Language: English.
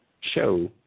show